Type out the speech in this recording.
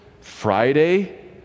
Friday